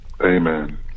Amen